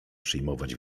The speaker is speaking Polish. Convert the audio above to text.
przyjmować